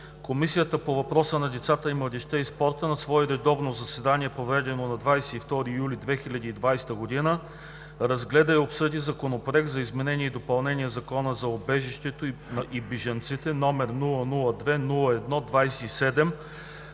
„Комисията по въпросите на децата, младежта и спорта на свое редовно заседание, проведено на 22 юли 2020 г., разгледа и обсъди Законопроект за изменение и допълнение на Закона за убежището и бежанците, № 002-01-27,